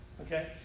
Okay